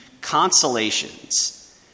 consolations